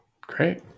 Great